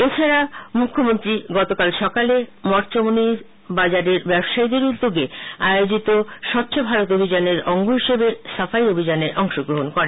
এছাড়া মুখ্যমন্ত্রী গতকাল সকালে মঠচৌমুহনী বাজারের ব্যবসায়ীদের উদ্যোগে আয়োজিত স্বচ্ছ ভারত অভিযানের অঙ্গ হিসাবে সাফাই অভিযানে অংশ গ্রহণ করেন